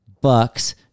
Bucks